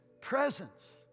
presence